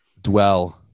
dwell